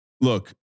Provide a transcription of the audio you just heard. Look